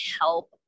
help